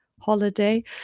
holiday